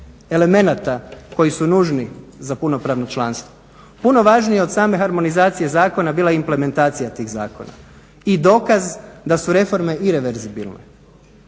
elemenata koji su nužni za punopravno članstvo. Puno važnije od same harmonizacije zakona bila je implementacija tih zakona i dokaz da su reforme ireverzibilne